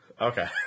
Okay